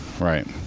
Right